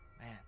Man